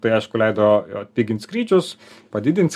tai aišku leido atpigint skrydžius padidins